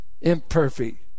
imperfect